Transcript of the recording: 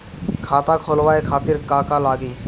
खाता खोलवाए खातिर का का लागी?